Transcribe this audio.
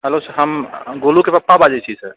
hello हम गोलूके पापा बाजैत छी सर